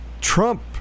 Trump